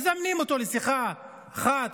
מזמנים אותו לשיחה אחת,